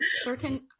certain